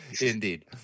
Indeed